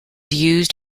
used